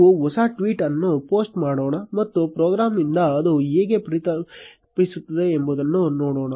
ನಾವು ಹೊಸ ಟ್ವೀಟ್ ಅನ್ನು ಪೋಸ್ಟ್ ಮಾಡೋಣ ಮತ್ತು ಪ್ರೋಗ್ರಾಂನಿಂದ ಅದು ಹೇಗೆ ಪ್ರತಿಫಲಿಸುತ್ತದೆ ಎಂಬುದನ್ನು ನೋಡೋಣ